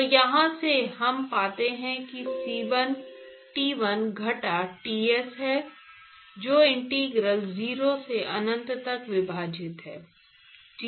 तो यहाँ से हम पाते हैं कि c 1 T1 घटा Ts है जो इंटीग्रल 0 से अनंत तक विभाजित है